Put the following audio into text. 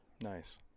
Nice